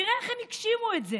תראה איך הם הגשימו את זה.